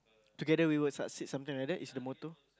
together we will succeed something like that is the motto